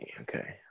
okay